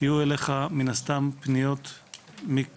יהיו לך מן הסתם פניות מכל